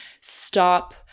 stop